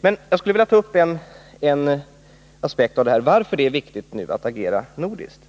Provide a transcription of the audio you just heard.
Jag skulle också vilja ta upp en annan aspekt på varför det nu är viktigt att agera nordiskt.